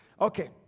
okay